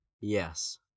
Yes